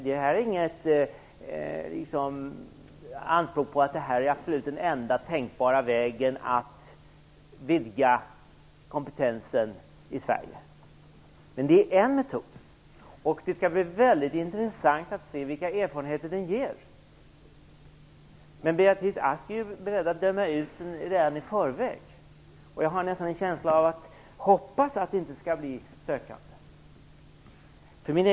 Det här förslaget gör inte anspråk på att vara den enda tänkbara vägen att vidga kompetensen i Sverige. Men det är en metod, och det skall bli väldigt intressant att se vilka erfarenheter den ger. Beatrice Ask är beredd att döma ut den redan i förväg. Jag har nästan en känsla av att hon hoppas att det inte skall bli några sökande till utbildningen.